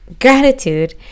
gratitude